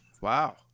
wow